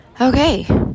Okay